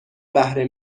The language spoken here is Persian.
بهره